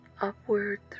Upward